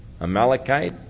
Amalekite